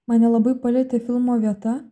man nelabai palietė filmo vieta